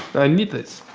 i need this.